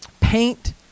Paint